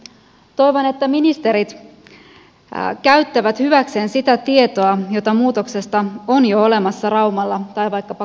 toivon että ministerit käyttävät hyväkseen sitä tietoa jota muutoksesta on jo olemassa raumalla tai vaikkapa kouvolassa